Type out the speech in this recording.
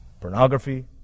pornography